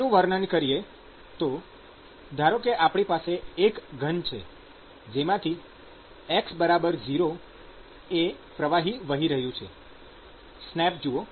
તેનું વર્ણન કરીએ તો ધારો કે આપણી પાસે એક ઘન છે જેમાંથી x0 એ પ્રવાહી વહી રહ્યુ છે સ્નેપશોટ જુઓ